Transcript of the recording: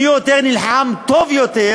מי נלחם טוב יותר